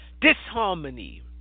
disharmony